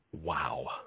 Wow